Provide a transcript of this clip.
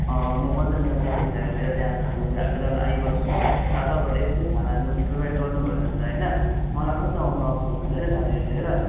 म पनि त मेरो साथी भाइहरू लिएर त्यहाँ अब खानु त बेला बेला आइबस्छु अब तपाईँहरूले यस्तो खानाहरू प्रोभाइड गर्नुभयो भने त होइन मलाई पनि त आउनु अप्ठ्यारो हुन्छ होइन साथीहरू लिएर